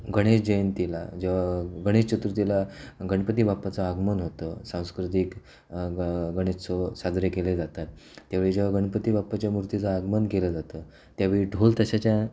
गणेश जयंतीला जेव्हा गणेश चथुर्तीला गणपती बाप्पाचं आगमन होतं सांस्कृतिक ग गणेशत्सव साजरे केले जातात त्या वेळी जेव्हा गणपती बाप्पाच्या मूर्तीचं आगमन केलं जातं त्या वेळी ढोलताशाच्या